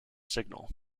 signal